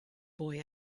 boy